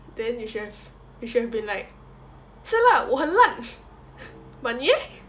then you should have you should have been like 是啦我很烂 but 你 eh